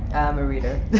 i'm a reader,